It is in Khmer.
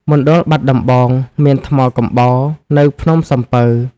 មណ្ឌលបាត់ដំបង មានថ្មកំបោរ នៅភ្នំសំពៅ។